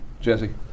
Jesse